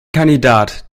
kandidat